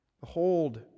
Behold